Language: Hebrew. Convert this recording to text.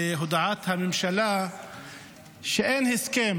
הודעת הממשלה שאין הסכם